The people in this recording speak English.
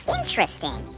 interesting.